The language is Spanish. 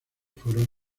fueron